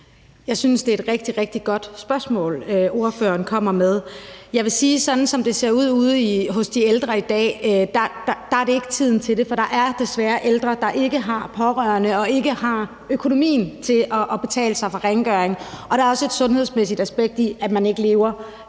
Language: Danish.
Jeg synes, det er et rigtig, rigtig godt spørgsmål, ordføreren kommer med. Jeg vil sige, at det sådan, som det ser ud ude hos de ældre i dag, ikke er tiden til det. For der er desværre ældre, der ikke har pårørende, og som ikke har økonomien til at betale sig fra rengøringen, og der er også et sundhedsmæssigt aspekt i, at man ikke lever